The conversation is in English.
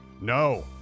No